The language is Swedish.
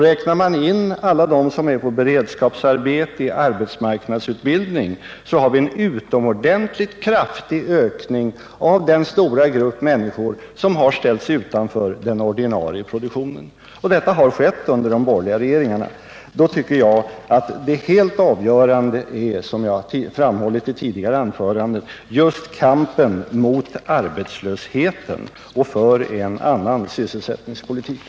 Räknar man in alla dem som är på beredskapsarbete och i arbetsmarknadsutbildning finner man att vi har en utomordentligt kraftig ökning av den stora grupp människor som har ställts utanför den ordinarie produktionen. Detta har skett under de borgerliga regeringarna. Därför tycker jag att det helt avgörande, som jag har framhållit i tidigare anföranden, är just kampen mot arbetslösheten och för en annan sysselsättningspolitik.